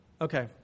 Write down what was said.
okay